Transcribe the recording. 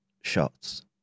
shots